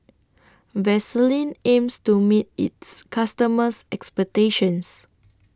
Vaselin aims to meet its customers' expectations